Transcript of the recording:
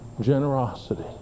generosity